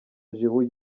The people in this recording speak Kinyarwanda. giroud